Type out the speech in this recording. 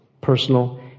personal